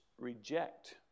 reject